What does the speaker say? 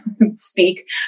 speak